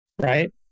right